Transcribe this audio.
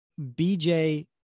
BJ